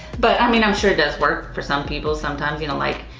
but, i mean, i'm sure it does work for some people sometimes. you know, like